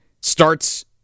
starts